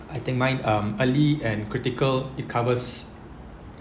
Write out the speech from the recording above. I think mine um early and critical it covers